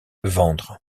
vendre